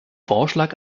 vorschlag